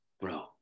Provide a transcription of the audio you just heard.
bro